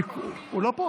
(תיקון, פטור